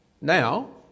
now